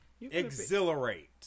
Exhilarate